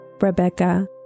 Rebecca